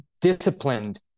disciplined